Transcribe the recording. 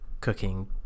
cooking